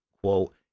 quote